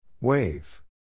Wave